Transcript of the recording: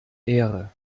ehre